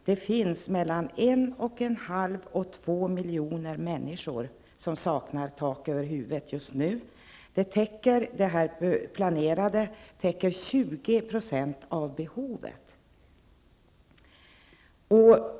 Det finns dock mellan en och en halv och två miljoner människor som saknar tak över huvudet just nu. De planerade insatserna täcker 20 % av behovet.